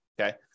Okay